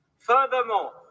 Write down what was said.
Furthermore